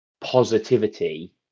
positivity